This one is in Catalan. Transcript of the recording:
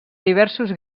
diversos